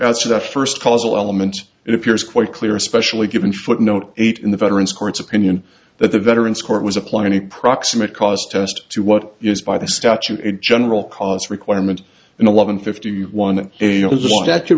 to that first causal element it appears quite clear especially given footnote eight in the veteran's court's opinion that the veterans court was applying the proximate cause test to what used by the statute in general cause requirement in eleven fifty one and that